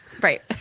Right